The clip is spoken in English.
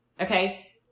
okay